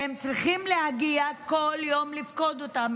והם צריכים להגיע כל יום לפקוד אותם,